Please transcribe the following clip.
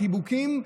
בחיבוקים,